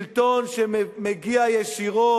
שלטון שמגיע ישירות,